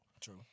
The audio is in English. True